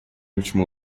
último